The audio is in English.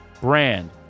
brand